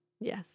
Yes